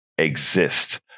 Exist